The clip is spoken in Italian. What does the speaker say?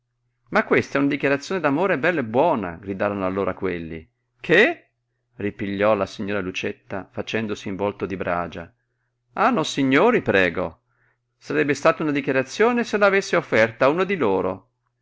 ma questa è una dichiarazione d'amore bell'e buona gridarono allora quelli che ripigliò la signora lucietta facendosi in volto di bragia ah nossignori prego sarebbe stata una dichiarazione se la avessi offerta a uno di loro